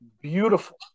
beautiful